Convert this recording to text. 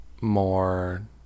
more